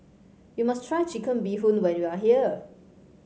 you must try Chicken Bee Hoon when you are here